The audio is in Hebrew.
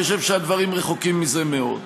אני חושב שהדברים רחוקים מזה מאוד.